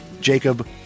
Jacob